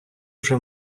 вже